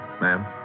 Ma'am